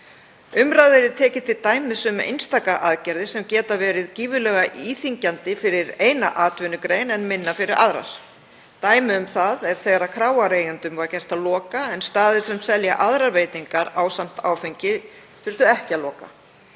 Umræða yrði t.d. tekin um einstakar aðgerðir sem geta verið gífurlega íþyngjandi fyrir eina atvinnugrein en minna fyrir aðrar. Dæmi um það er þegar kráareigendum var gert að loka en staðir sem selja aðrar veitingar ásamt áfengi þurftu ekki að loka